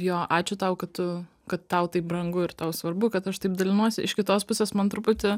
jo ačiū tau kad tu kad tau tai brangu ir tau svarbu kad aš taip dalinuosi iš kitos pusės man truputį